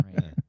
right